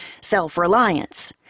Self-Reliance